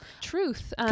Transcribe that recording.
Truth